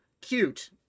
cute